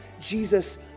Jesus